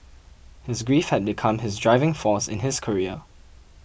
his grief had become his driving force in his career